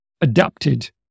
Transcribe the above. adapted